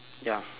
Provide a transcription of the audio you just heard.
ya